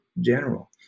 general